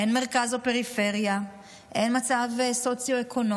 אין מרכז או פריפריה, אין מצב סוציו-אקונומי.